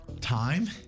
Time